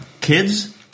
kids